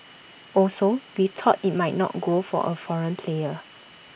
also we thought IT might not good for A foreign player